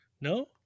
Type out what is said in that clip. No